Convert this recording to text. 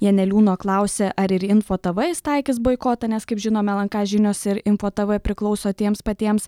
janeliūno klausė ar ir info tv jis taikys boikotą nes kaip žinom lnk žinios ir info tv priklauso tiems patiems